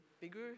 bigger